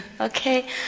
okay